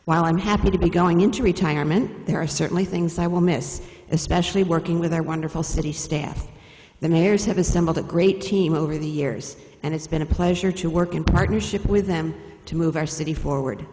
while i'm happy to be going into retirement there are certainly things i will miss especially working with our wonderful city staff the mayors have assembled a great team over the years and it's been a pleasure to work in partnership with them to move our city forward